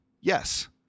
Yes